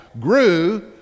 grew